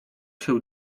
się